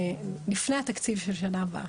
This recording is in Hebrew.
לפני התקציב של שנה הבאה.